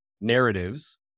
narratives